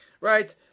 Right